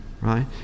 Right